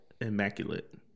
Immaculate